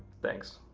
thanks.